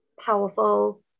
powerful